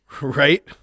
Right